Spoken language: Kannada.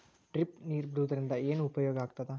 ಡ್ರಿಪ್ ನೇರ್ ಬಿಡುವುದರಿಂದ ಏನು ಉಪಯೋಗ ಆಗ್ತದ?